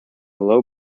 low